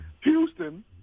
Houston